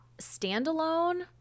standalone